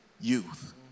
youth